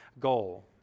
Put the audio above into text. goal